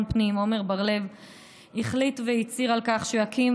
פנים עמר בר לב החליט והצהיר על כך שהוא יקים